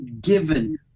given